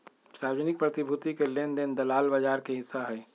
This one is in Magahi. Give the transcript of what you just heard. सार्वजनिक प्रतिभूति के लेन देन दलाल बजार के हिस्सा हई